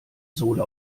sohle